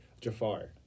Jafar